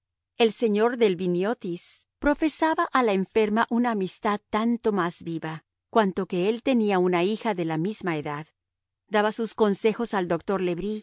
el señor delviniotis profesaba a la enferma una amistad tanto más viva cuanto que él tenía una hija de la misma edad daba sus consejos al doctor le